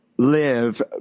live